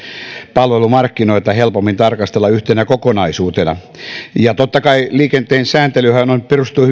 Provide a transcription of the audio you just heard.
palvelumarkkinoita helpommin tarkastella yhtenä kokonaisuutena totta kai liikenteen sääntelyhän perustuu